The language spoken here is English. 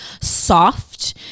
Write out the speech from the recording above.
soft